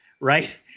Right